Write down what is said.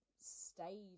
stayed